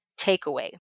takeaway